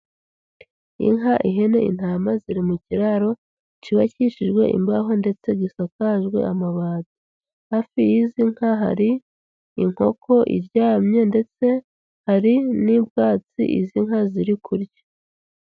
Inka, ihene, intama, ziri mu kiraro kibakishijwe imbaho ndetse gisakajwe amabati. Hafi y'izi nka hari inkoko iryamye, ndetse hari n'ibwatsi izi nka ziri kurya.